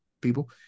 people